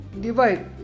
divide